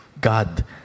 God